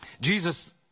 Jesus